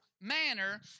manner